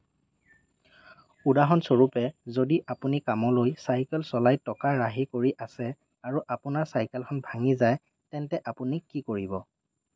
উদাহৰণস্বৰূপে যদি আপুনি কামলৈ চাইকেল চলাই টকা ৰাহি কৰি আছে আৰু আপোনাৰ চাইকেলখন ভাঙি যায় তেন্তে আপুনি কি কৰিব